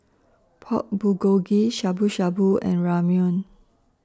Pork Bulgogi Shabu Shabu and Ramyeon